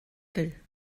will